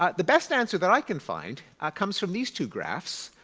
ah the best answer that i can find comes from these two graphs.